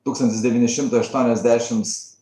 tūkstantis devyni šimtai aštuoniasdešims